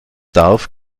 darf